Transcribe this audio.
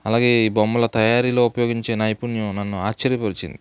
అలాగే ఈ బొమ్మల తయారీలో ఉపయోగించే నైపుణ్యం నన్ను ఆశ్చర్యపరిచింది